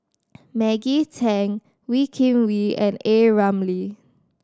Maggie Teng Wee Kim Wee and A Ramli